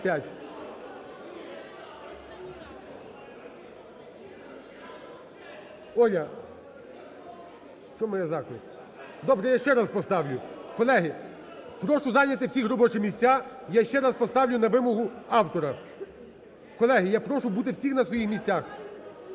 Оля, в чому є заклик? Добре, я ще раз поставлю. Колеги, прошу зайняти всіх робочі місця. Я ще раз поставлю на вимогу автора. Колеги, я прошу бути всіх на своїх місцях.